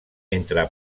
entre